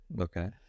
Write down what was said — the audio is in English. Okay